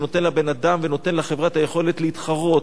שנותן לבן-אדם ונותן לחברה את היכולת להתחרות,